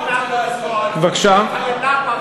גם אני מבקש למחוק מהפרוטוקול את המילה "פבלובית".